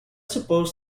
suppose